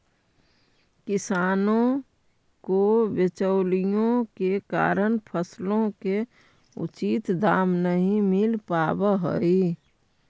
किसानों को बिचौलियों के कारण फसलों के उचित दाम नहीं मिल पावअ हई